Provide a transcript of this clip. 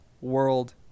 world